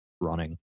running